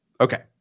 Okay